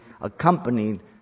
accompanied